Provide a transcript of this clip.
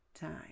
time